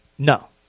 No